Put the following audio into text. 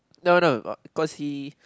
no no cause she